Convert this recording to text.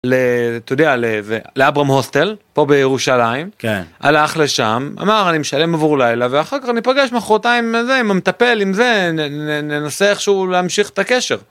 ל, אתה יודע, לאברהם הוסטל, פה בירושלים. כן. הלך לשם, אמר אני משלם עבור לילה ואחר כך ניפגש מחרתיים עם זה, עם המטפל, עם זה ננסה איכשהו להמשיך את הקשר.